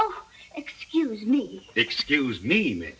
oh excuse me excuse me